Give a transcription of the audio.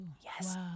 yes